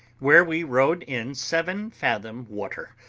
where we rode in seven fathom water,